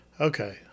Okay